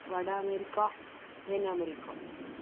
வட அமெரிக்கா தென் அமெரிக்கா